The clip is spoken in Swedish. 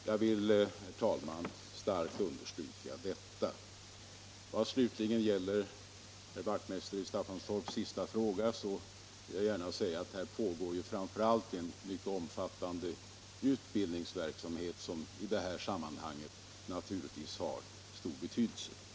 Jag vill, herr talman, starkt understryka detta. Vad gäller herr Wachtmeisters i Staffanstorp sista fråga vill jag gärna säga att det pågår en mycket omfattande utbildningsverksamhet som naturligtvis har stor betydelse i detta sammanhang.